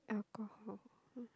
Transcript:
alcohol hmm